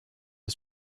his